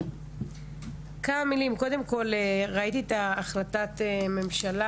כמה מילים- קודם כל ראיתי את החלטת הממשלה